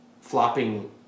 flopping